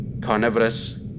Carnivorous